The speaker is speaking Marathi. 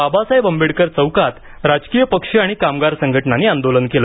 बाबासाहेब आंबेडकर चौकात राजकीय पक्ष आणि कामगार संघटनांनी आंदोलन केलं